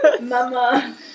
mama